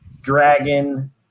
dragon